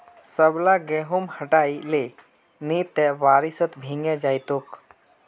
सबला गेहूं हटई ले नइ त बारिशत भीगे जई तोक